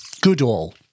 Goodall